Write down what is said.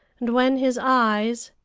and when his eyes,